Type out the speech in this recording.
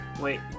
Wait